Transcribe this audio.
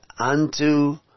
unto